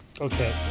Okay